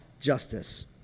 justice